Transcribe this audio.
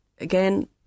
Again